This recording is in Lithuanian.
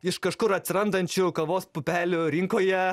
iš kažkur atsirandančių kavos pupelių rinkoje